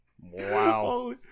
Wow